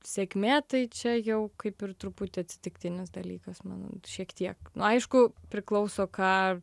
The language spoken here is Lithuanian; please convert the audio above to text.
sėkmė tai čia jau kaip ir truputį atsitiktinis dalykas manau šiek tiek nu aišku priklauso ką